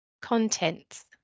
contents